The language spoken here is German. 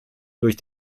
durch